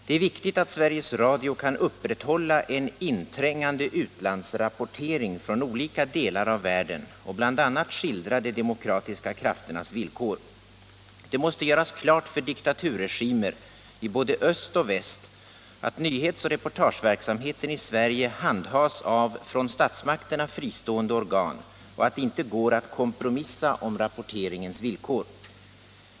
Det är viktigt att Sveriges Radio kan upprätthålla en inträngande utlandsrapportering från olika delar av världen och bl.a. skildra de demokratiska krafternas villkor. Det måste göras klart för diktaturregimer i både öst och väst att nyhetsoch reportageverksamheten i Sverige handhas av från statsmakterna fristående organ och att det inte går att kompromissa om rapporteringens villkor.